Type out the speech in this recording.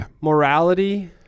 morality